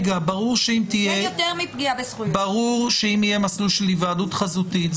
ברור שאם יהיה מסלול של היוועדות חזותית,